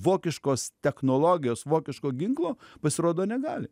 vokiškos technologijos vokiško ginklo pasirodo negali